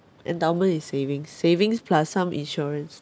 endowment is savings savings plus some insurance